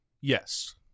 yes